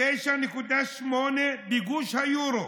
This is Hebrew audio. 9.8% בגוש היורו.